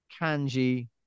Kanji